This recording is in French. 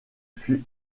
fut